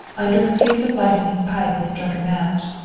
under excuse of lighting his pipe he struck a match,